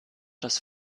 das